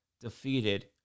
defeated